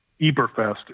Eberfest